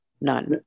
None